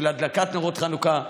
של הדלקת נרות חנוכה.